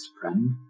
friend